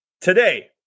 Today